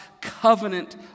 covenant